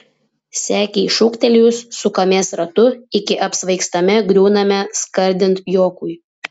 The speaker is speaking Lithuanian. sekei šūktelėjus sukamės ratu iki apsvaigstame griūname skardint juokui